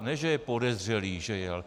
Ne že je podezřelý, že jel.